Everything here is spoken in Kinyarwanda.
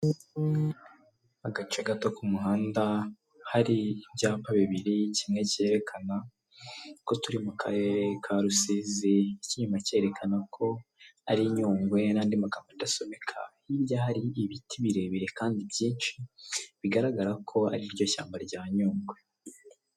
Agace gato k'umuhanda hari ibyapa bibiri kimwe cyerekana ko turi mu karere ka Rusizi, ikinyuma cyerekana ko ari nyungwe nandi magambo adasomeka, hirya hari ibiti birebire kandi byinshi bigaragara ko ariryo shyamba rya nyungwe.